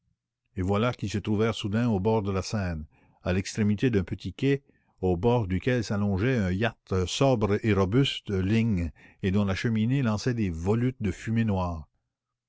et voilà qu'ils se trouvèrent soudain au bord de la seine à l'extrémité d'un petit quai au bord duquel s'allongeait un yacht sobre et robuste de lignes et dont la cheminée lançait des volutes de fumée noire